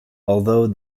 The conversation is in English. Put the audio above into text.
although